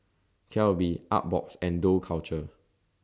Calbee Artbox and Dough Culture